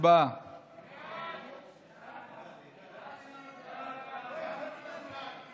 לדיון מוקדם בוועדת הכספים